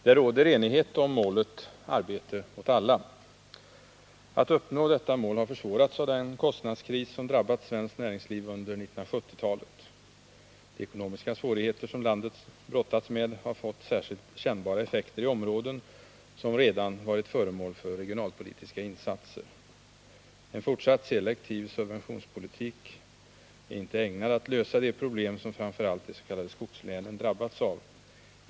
Herr talman! Det råder enighet om målet Arbete åt alla. Att upppnå detta mål har försvårats av den kostnadskris som drabbat svenskt näringsliv under 1970-talet. De ekonomiska svårigheter som landet brottats med har fått särskilt kännbara effekter i områden som redan varit föremål för regionalpolitiska insatser. En fortsatt selektiv subventioneringspolitik är inte ägnad att lösa de problem som framför allt de s.k. skogslänen drabbats av.